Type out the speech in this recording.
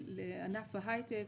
לענף ההייטק,